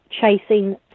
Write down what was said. chasing